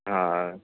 हां हां